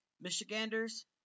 Michiganders